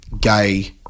gay